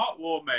heartwarming